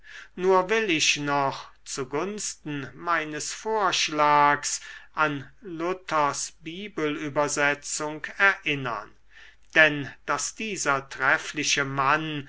nur will ich noch zu gunsten meines vorschlags an luthers bibelübersetzung erinnern denn daß dieser treffliche mann